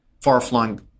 far-flung